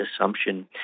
assumption